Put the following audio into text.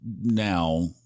now